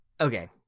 okay